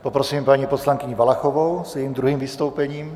Poprosím paní poslankyni Valachovou s jejím druhým vystoupením.